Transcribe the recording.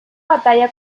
batalla